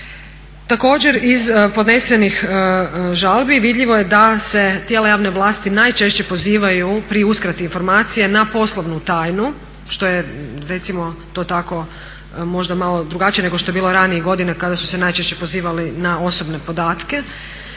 Također iz podnesenih žalbi vidljivo je da tijela javne vlasti najčešće pozivaju pri uskrati informacije na poslovnu tajnu što je recimo to tako možda malo drugačije nego što je bilo ranijih godina kada su se najčešće pozivali na osobne podatke.